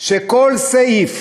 כל סעיף